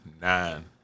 nine